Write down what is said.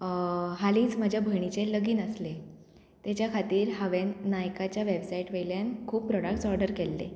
हालींच म्हज्या भयणीचें लगीन आसलें तेच्या खातीर हांवें नायकाच्या वॅबसायट वयल्यान खूब प्रोडक्ट्स ऑर्डर केल्ले